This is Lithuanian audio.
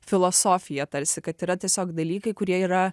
filosofija tarsi kad yra tiesiog dalykai kurie yra